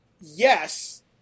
yes